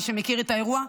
למי שמכיר את האירוע,